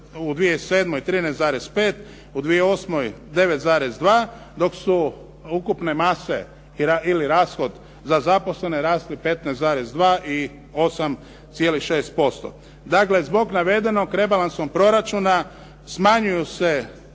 u 2007. 13,5 u 2008. 9,2 doku su ukupne mase ili rashod za zaposlene rasle 15,2 i 8,6%. Dakle, zbog navedenog rebalansom proračuna smanjuju se